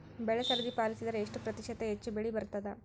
ಬೆಳಿ ಸರದಿ ಪಾಲಸಿದರ ಎಷ್ಟ ಪ್ರತಿಶತ ಹೆಚ್ಚ ಬೆಳಿ ಬರತದ?